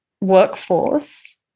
workforce